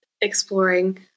exploring